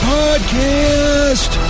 podcast